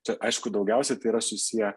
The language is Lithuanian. čia aišku daugiausiai tai yra susiję